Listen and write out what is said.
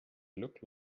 look